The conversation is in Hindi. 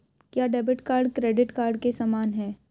क्या डेबिट कार्ड क्रेडिट कार्ड के समान है?